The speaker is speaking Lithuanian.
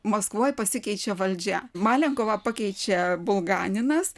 maskvoje pasikeičia valdžia malenkovą pakeičia bulganinas